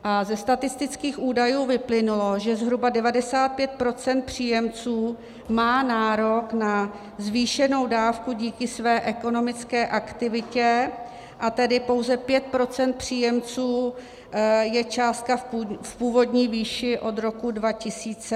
A ze statistických údajů vyplynulo, že zhruba 95 % příjemců má nárok na zvýšenou dávku díky své ekonomické aktivitě, a tedy pouze 5 % příjemců je částka v původní výši od roku 2008.